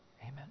Amen